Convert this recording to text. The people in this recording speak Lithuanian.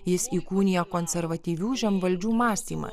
jis įkūnija konservatyvių žemvaldžių mąstymą